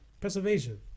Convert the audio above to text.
preservation